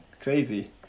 Crazy